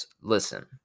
Listen